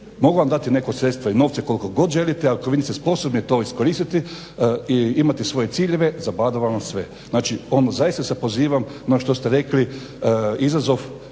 mogu vam dati neko sredstvo i novce koliko god želite, ali ako vi niste sposobni to iskoristiti i imati svoje ciljeve zabadava vam sve. Znači, ono zaista se pozivam na što ste rekli izazov